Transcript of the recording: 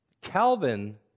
Calvin